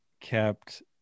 Kept